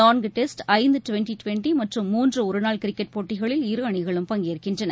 நான்கு டெஸ்ட் ஐந்து twenty twenty மற்றும் மூன்று ஒருநாள் கிரிக்கெட் போட்டிகளில் இரு அணிகளும் பங்கேற்கின்றன